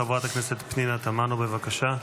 חברת הכנסת פנינה תמנו, בבקשה.